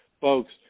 Folks